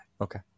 Okay